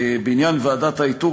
3. בעניין ועדת האיתור,